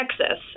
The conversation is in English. Texas